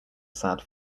sad